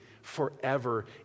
forever